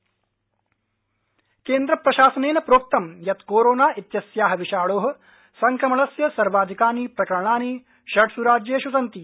Covid प्रकरण केन्द्र प्रशासनेन प्रोक्तं यत् कोरोना इत्यस्या विषाणो संक्रमणस्य सर्वाधिकानि प्रकरणानि षट्स् राज्येष् सन्ति